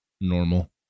normal